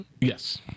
Yes